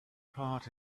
part